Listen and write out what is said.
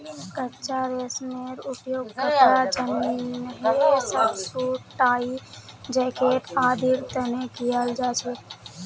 कच्चा रेशमेर उपयोग कपड़ा जंनहे शर्ट, सूट, टाई, जैकेट आदिर तने कियाल जा छे